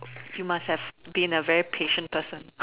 you must have been a very patient person